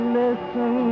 listen